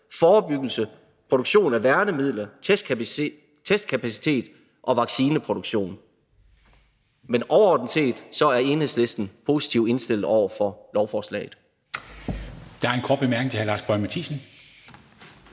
forebyggelse, produktion af værnemidler, testkapacitet og vaccineproduktion. Men overordnet set er Enhedslisten positivt indstillet over for lovforslaget. Kl. 20:35 Formanden (Henrik Dam Kristensen):